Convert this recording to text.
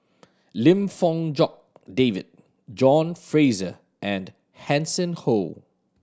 Lim Fong Jock David John Fraser and Hanson Ho